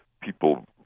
people